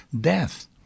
death